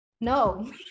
No